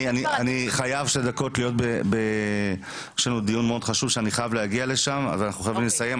אני חייב להיות בעוד דיון חשוב אחר כך ואנחנו חייבים לסיים.